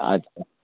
अच्छा